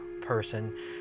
person